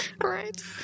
Right